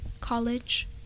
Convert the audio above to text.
college